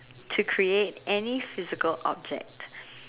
to create any physical object